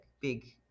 big